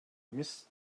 miss